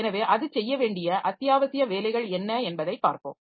எனவே அது செய்ய வேண்டிய அத்தியாவசிய வேலைகள் என்ன என்பதை பார்ப்போம்